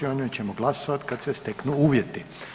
O njoj ćemo glasovati kada se steknu uvjeti.